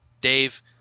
Dave